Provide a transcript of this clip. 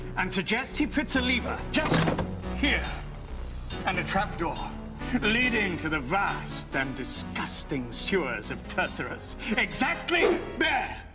and suggest he puts a lever just here and a trap door leading to the vast and disgusting sewers of tursurus exactly there!